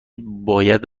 باید